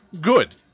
good